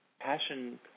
Passion